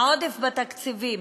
העודף בתקציבים.